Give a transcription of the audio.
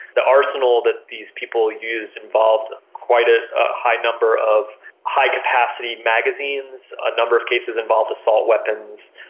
the arsenal that these people used involved quite a high number of high-capacity magazines, a number of cases involved assault weapons.